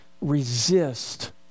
resist